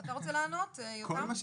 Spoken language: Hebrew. אתה רוצה לענות, יותם?